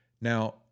Now